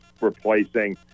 replacing